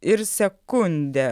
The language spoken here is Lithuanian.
ir sekundė